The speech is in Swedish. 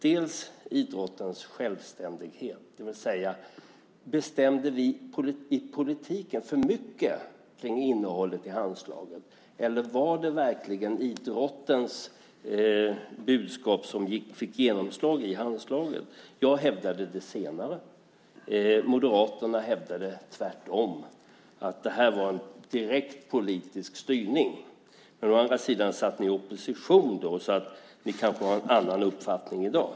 Det gällde idrottens självständighet. Bestämde vi i politiken för mycket kring innehållet i Handslaget, eller var det verkligen idrottens budskap som fick genomslag i Handslaget? Jag hävdade det senare. Moderaterna hävdade tvärtom, att det var en direkt politisk styrning. Men å andra sidan satt ni i opposition då. Ni kanske har en annan uppfattning i dag.